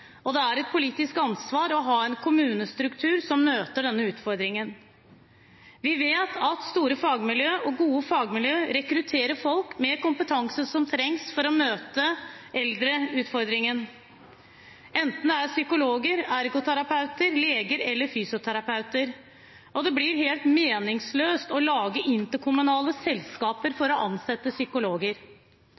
og det er et politisk ansvar å ha en kommunestruktur som møter denne utfordringen. Vi vet at store og gode fagmiljø rekrutterer folk med kompetanse som trengs for å møte eldreutfordringen, enten det er psykologer, ergoterapeuter, leger eller fysioterapeuter. Det blir helt meningsløst å lage interkommunale selskaper for å ansette psykologer.